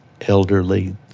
elderly